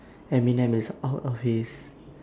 eminem is out of his